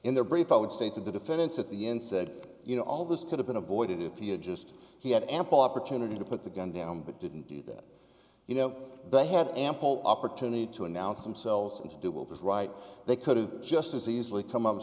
in their brief i would state that the defense at the end said you know all this could have been avoided if he had just he had ample opportunity to put the gun down but didn't do that you know they had ample opportunity to announce themselves and to do well because right they could have just as easily come up and